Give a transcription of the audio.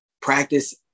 practice